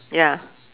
ya